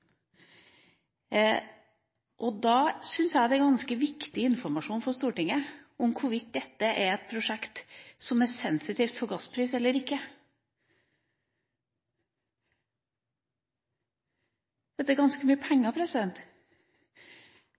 staten. Da syns jeg det er ganske viktig informasjon for Stortinget hvorvidt dette er et prosjekt som er sensitivt for gassprisen eller ikke. Dette er ganske mye penger.